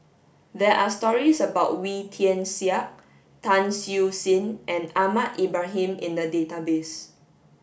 there are stories about Wee Tian Siak Tan Siew Sin and Ahmad Ibrahim in the database